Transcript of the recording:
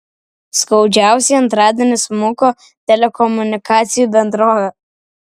skaudžiausiai antradienį smuko telekomunikacijų bendrovė